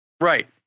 Right